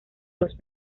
los